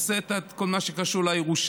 והוא עושה את כל מה שקשור לירושה.